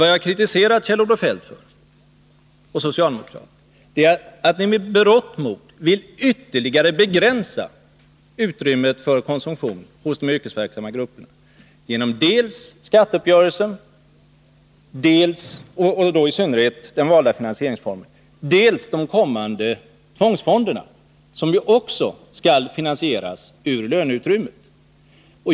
Vad jag har kritiserat Kjell-Olof Feldt och socialdemokraterna för, det är att ni med berått mod vill ytterligare begränsa utrymmet för konsumtion hos de yrkesverksamma grupperna genom dels skatteuppgörelsen — och då i synnerhet den valda finansieringsformen — dels de kommande tvångsfonderna, som ju också skall finansieras ur löneutrymmet.